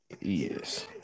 Yes